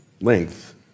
length